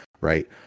right